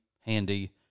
Handy